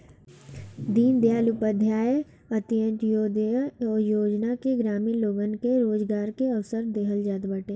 दीनदयाल उपाध्याय अन्त्योदय योजना में ग्रामीण लोगन के रोजगार के अवसर देहल जात बाटे